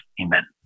Amen